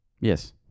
Yes